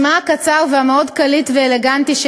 שמה של הוועדה קצר ומאוד קליט ואלגנטי: